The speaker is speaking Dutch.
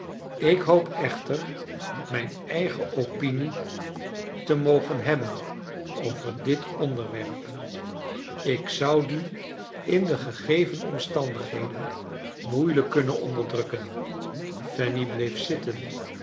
ik hoop echter mijn eigen opinie te mogen hebben over dit onderwerp ik zou die in de gegeven omstandigheden moeilijk kunnen onderdrukken fanny bleef zitten